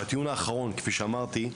והטיעון האחרון כפי שאמרתי,